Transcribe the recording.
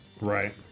Right